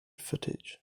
footage